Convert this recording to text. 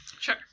Sure